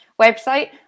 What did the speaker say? website